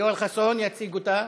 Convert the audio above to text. יואל חסון יציג אותה.